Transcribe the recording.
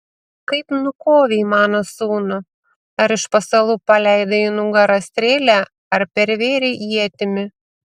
kaip nukovei mano sūnų ar iš pasalų paleidai į nugarą strėlę ar pervėrei ietimi